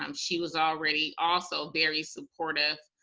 um she was already also very supportive.